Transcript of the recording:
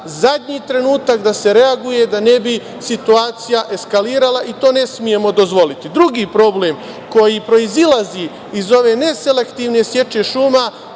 zadnji trenutak da se reaguje da ne bi situacija eskalirala i to ne smemo dozvoliti. Drugi problem koji proizilazi iz ove neselektivne seče šuma